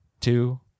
two